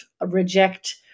reject